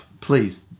Please